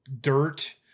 Dirt